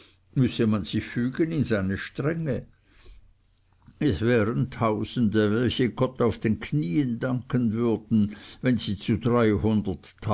güte man sich fügen müsse in seine strenge es wären tausende welche gott auf den knieen danken würden wenn sie zu